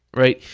right?